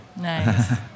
Nice